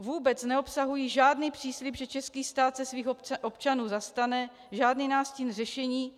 Vůbec neobsahují žádný přislib, že český stát se svých občanů zastane, žádný nástin řešení.